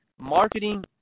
marketing